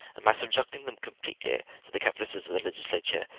and by subjecting them completely to the caprices of the legislature,